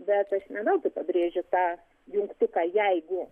bet aš nežinau pabrėžiu tą jungtuką jeigu